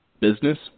business